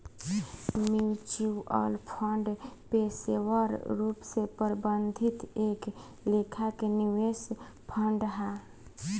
mutual fund पेशेवर रूप से प्रबंधित एक लेखा के निवेश फंड हा